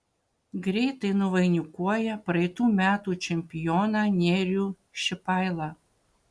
greitai nuvainikuoja praeitų metų čempioną nerijų šipailą